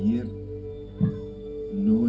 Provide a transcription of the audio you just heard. you know